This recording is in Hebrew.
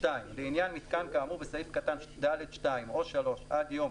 "(2) לעניין מיתקן כאמור בסעיף קטן (ד)(2) או (3) עד יום